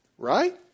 Right